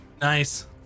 Nice